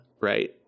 right